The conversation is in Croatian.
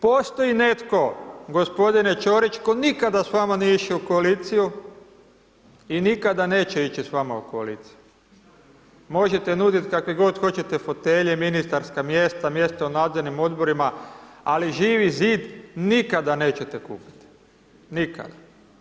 Postoji netko g. Ćorić koji nikada s vama nije išao u koaliciju i nikada neće ići s vama u koaliciju, možete nudit kakve god hoćete fotelje, ministarska mjesta, mjesta u nadzornim odborima, ali Živi Zid nikada nećete kupiti, nikada.